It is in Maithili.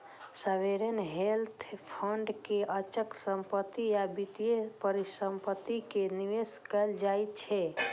सॉवरेन वेल्थ फंड के अचल संपत्ति आ वित्तीय परिसंपत्ति मे निवेश कैल जाइ छै